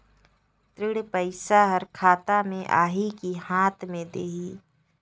ऋण पइसा हर खाता मे आही की हाथ मे देही?